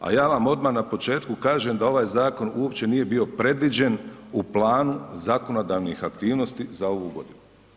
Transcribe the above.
A ja vam odmah na početku kaže da ovaj zakon uopće nije bio predviđen u planu zakonodavnih aktivnosti za ovu godinu.